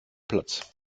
platz